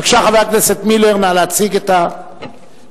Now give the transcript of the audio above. בבקשה חבר הכנסת מילר, נא להציג את התלמיד.